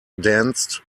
danced